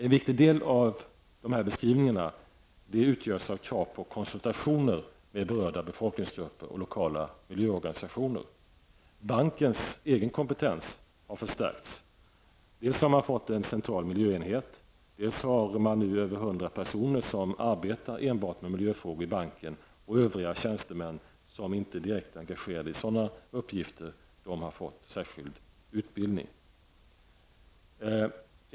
En viktig del av dessa beskrivningar utgörs av krav på konsultationer med berörda befolkningsgrupper och lokala miljöorganisationer. Bankens egen kompetens har förstärkts. Dels har man fått en central miljöenhet, dels är det nu över 100 personer som arbetar med miljöfrågor i banken. Övriga tjänstemän, som inte är direkt engagerade i sådana uppgifter, har fått särskild utbildning.